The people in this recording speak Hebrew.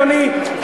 אדוני,